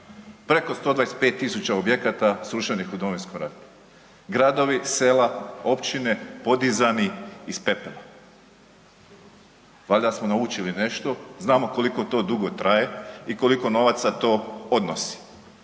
preko 125 000 objekata srušenih u Domovinskom ratu, gradovi, sela, općine, podizani iz pepela, valjda smo naučili nešto, znamo koliko to dugo traje i koliko novaca to odnosi.